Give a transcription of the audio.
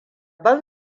ban